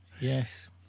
yes